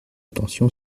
attention